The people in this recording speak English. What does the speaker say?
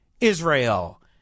Israel